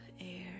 air